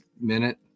minute